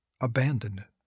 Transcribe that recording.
abandoned